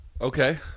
Okay